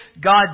God